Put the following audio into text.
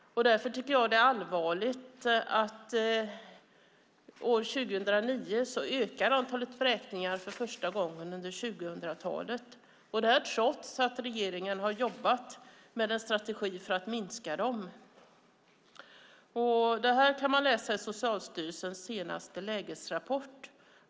Det är därför allvarligt att antalet vräkningar ökade 2009 för första gången under 2000-talet, detta trots att regeringen har jobbat med en strategi för att minska dem. Detta kan man läsa i Socialstyrelsens senaste lägesrapport.